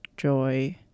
joy